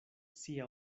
sia